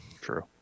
True